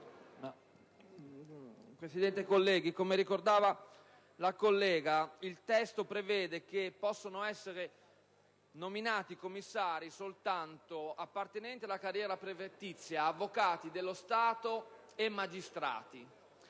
colleghi, come ricordava la collega, il testo prevede che possano essere nominati commissari soltanto appartenenti alla carriera prefettizia, avvocati dello Stato e magistrati;